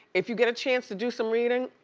if you get a chance to do some reading,